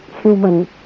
human